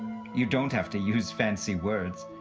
you don't have to use fancy words,